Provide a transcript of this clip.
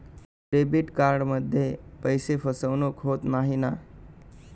Debit कार्डमध्ये पैसे फसवणूक होत नाही ना?